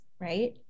right